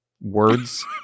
Words